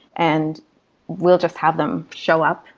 and we'll just have them show up,